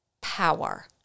power